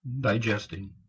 digesting